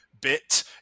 bit